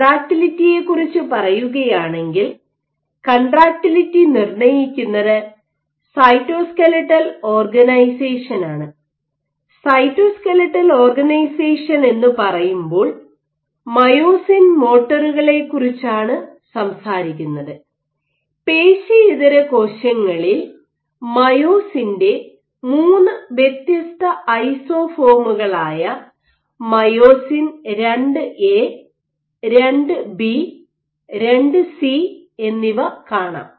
കൺട്രാക്റ്റിലിറ്റിയെക്കുറിച്ച് പറയുകയാണെങ്കിൽ കൺട്രാക്റ്റിലിറ്റി നിർണ്ണയിക്കുന്നത് സൈറ്റോസ്കെലിറ്റൽ ഓർഗനൈസേഷനാണ് സൈറ്റോസ്കെലിറ്റൽ ഓർഗനൈസേഷൻ എന്ന് പറയുമ്പോൾ മയോസിൻ മോട്ടോറുകളെക്കുറിച്ചാണ് സംസാരിക്കുന്നത് പേശിഇതര കോശങ്ങളിൽ മയോസിൻറെ 3 വ്യത്യസ്ത ഐസോഫോമുകളായ myosin II A II B II C myosin II A II B II C എന്നിവ കാണാം